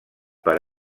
per